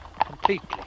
completely